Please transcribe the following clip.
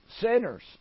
sinners